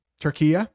Turkey